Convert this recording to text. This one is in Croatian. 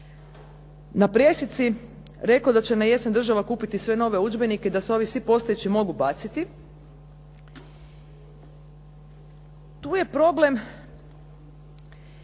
na pressici rekao da će na jesen država kupiti sve nove udžbenike i da se ovi svi postojeći mogu baciti. Tu je problem